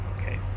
Okay